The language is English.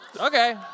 Okay